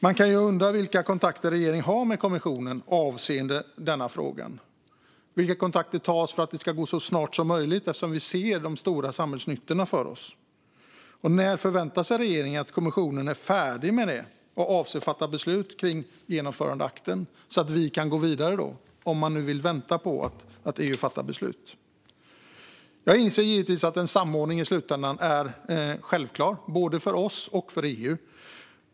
Man kan undra vilka kontakter regeringen har med kommissionen avseende denna fråga. Vilka kontakter tas för att det ska gå så snabbt som möjligt, eftersom vi ser de stora samhällsnyttorna för oss? Och när förväntar sig regeringen att kommissionen är färdig med detta och avser att fatta beslut om genomförandeakten så att vi kan gå vidare, om man nu vill vänta på att EU fattar beslut? Jag inser givetvis att en samordning i slutändan är självklar, både för oss och för EU.